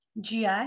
GI